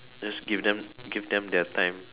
just give them give them their time